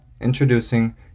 introducing